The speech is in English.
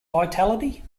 vitality